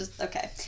Okay